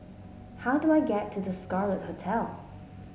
how do I get to The Scarlet Hotel